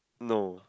no